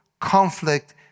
conflict